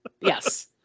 Yes